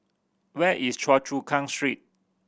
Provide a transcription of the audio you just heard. where is Choa Chu Kang Street